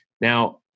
Now